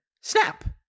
snap